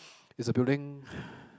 is a building